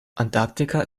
antarktika